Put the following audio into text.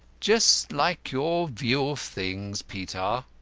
just like your view of things, peter,